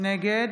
נגד